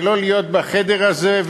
ולא להיות בחדר הזה,